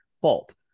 fault